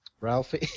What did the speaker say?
Ralphie